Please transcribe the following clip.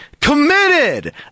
Committed